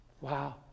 Wow